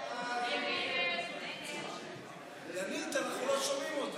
ההסתייגות (24) של קבוצת סיעת יש עתיד-תל"ם לסעיף 9 לא